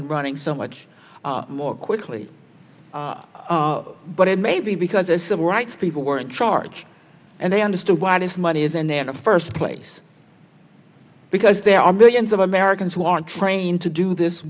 and running so much more quickly but it may be because a civil rights people were in charge and they understood why this money isn't there in a first place because there are millions of americans who aren't trained to do this